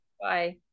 Bye